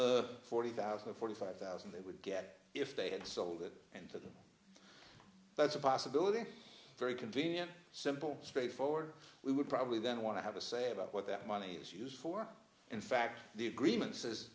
the forty thousand or forty five thousand they would get if they had sold it and that's a possibility very convenient simple straightforward we would probably then want to have a say about what that money is used for in fact the agreement says